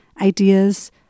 ideas